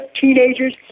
teenagers